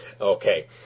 Okay